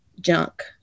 junk